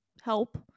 help